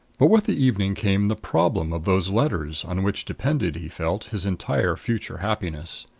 but with the evening came the problem of those letters, on which depended, he felt, his entire future happiness.